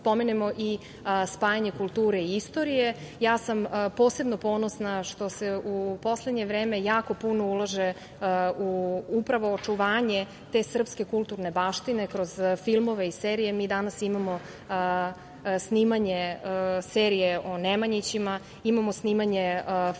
spomenemo i spajanje kulture i istorije. Posebno sam ponosna što se u poslednje vreme jako puno ulaže u upravo očuvanje te srpske kulturne baštine. Kroz filmove i serije mi danas imamo snimanje serije o Nemanjićima, imamo snimanje filmova